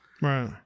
Right